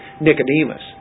Nicodemus